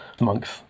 monks